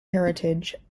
heritage